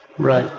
right.